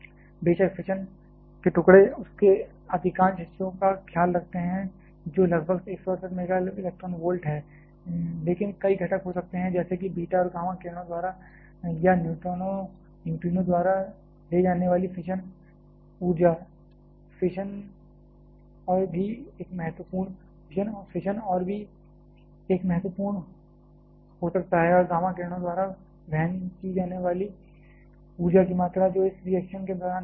बेशक फिशन के टुकड़े उसके अधिकांश हिस्से का ख्याल रखते हैं जो लगभग 168 MeV है लेकिन कई घटक हो सकते हैं जैसे कि बीटा और गामा किरणों द्वारा या न्यूट्रिनो द्वारा ले जाने वाली फिशन ऊर्जा फिशन और भी एक महत्वपूर्ण हो सकता है गामा किरणों द्वारा वहन की जाने वाली ऊर्जा की मात्रा जो इस रिएक्शन के दौरान निकलती है